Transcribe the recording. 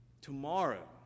Tomorrow